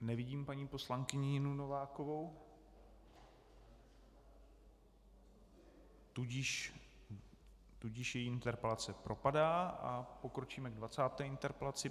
Nevidím paní poslankyni Ninu Novákovou, tudíž její interpelace propadá, a pokročíme k 20. interpelaci.